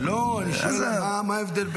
עזוב.